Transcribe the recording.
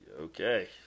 Okay